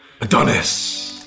Adonis